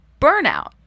burnout